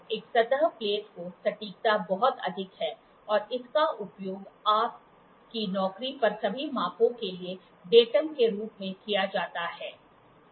एक सतह प्लेट की सटीकता बहुत अधिक है और इसका उपयोग आपकी नौकरी पर सभी मापों के लिए डेटम के रूप में किया जाता है